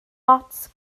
ots